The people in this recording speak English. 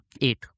Eight